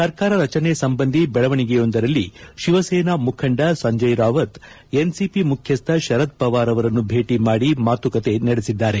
ಸರ್ಕಾರ ರಚನೆ ಸಂಬಂಧಿ ಬೆಳವಣಿಗೆಯೊಂದರಲ್ಲಿ ಶಿವಸೇನಾ ಮುಖಂಡ ಸಂಜಯ್ ರಾವತ್ ಎನ್ಸಿಪಿ ಮುಖ್ಯಸ್ತ ಶರದ್ ಪವಾರ್ ಅವರನ್ನು ಭೇಟಿ ಮಾಡಿ ಮಾತುಕತೆ ನಡೆಸಿದ್ದಾರೆ